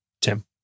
Tim